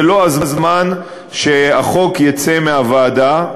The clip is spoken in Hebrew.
זה לא הזמן שהחוק יצא מהוועדה,